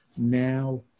now